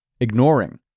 Ignoring